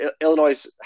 Illinois